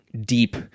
deep